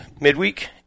midweek